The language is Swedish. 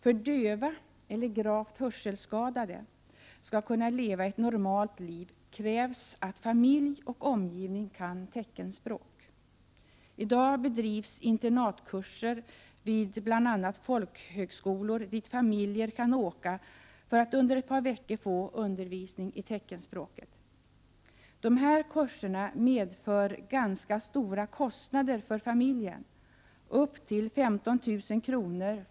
För att döva eller gravt hörselskadade skall kunna leva ett normalt liv krävs att familj och omgivning kan teckenspråk. I dag bedrivs internatkurser vid bl.a. folkhögskolor dit familjer kan åka för att under ett par veckor få undervisning i teckenspråket. Dessa kurser medför dock ganska stora kostnader för familjen, upp till 15 000 kr.